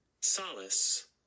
Solace